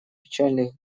печальных